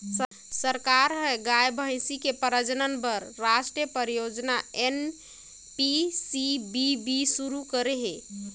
सरकार ह गाय, भइसी के प्रजनन बर रास्टीय परियोजना एन.पी.सी.बी.बी सुरू करे हे